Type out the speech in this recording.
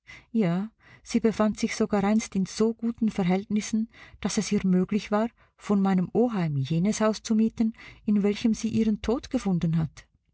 ja sie befand sich sogar einst in so guten verhältnissen daß es ihr möglich war von meinem oheim jenes haus zu mieten in welchem sie ihren tod gefunden hat